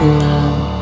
love